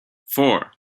four